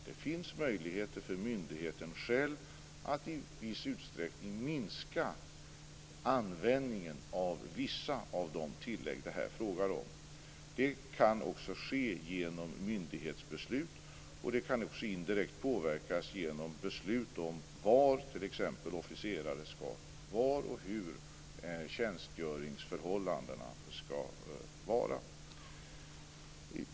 Det finns möjligheter för myndigheten själv att i viss utsträckning minska användningen av vissa av de tillägg som det här är fråga om. Det kan ske genom myndighetsbeslut. Det kan också indirekt påverkas genom beslut om t.ex. var och hur officerarnas tjänstgöringsförhållanden skall vara.